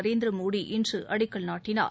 நரேந்திரமோடி இன்று அடிக்கல் நாட்டினார்